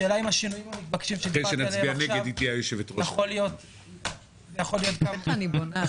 השאלה אם השינויים המתבקשים שדיברתי עליהם עכשיו יוכלו להיכנס למתווה.